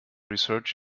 research